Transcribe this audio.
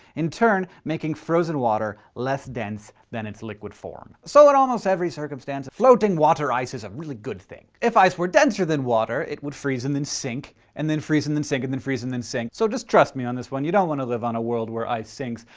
in turn making frozen water less dense than its liquid form. so in almost every circumstance, floating water ice is a really good thing. if ice were denser than water it would freeze and then sink, and then freeze and then sink, and then freeze and then sink. so just trust me on this one, you don't want to live on a world where ice sinks.